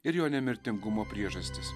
ir jo nemirtingumo priežastis